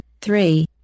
Three